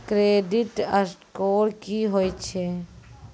Credit score की होय छै?